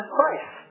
Christ